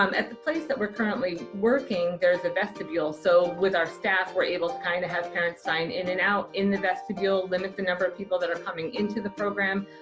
um at the place that we're currently working there's a vestibule so with our staff were able to kind of have parents sign in and out in the vestibule limit the number of people that are coming into the program.